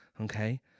Okay